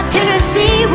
Tennessee